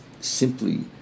simply